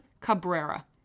Cabrera